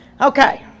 Okay